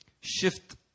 shift